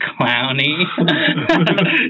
clowny